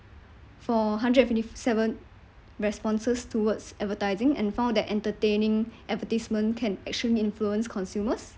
for hundred and fifty seven responses towards advertising and found that entertaining advertisement can actually influence consumers